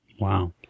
Wow